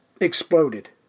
exploded